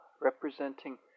representing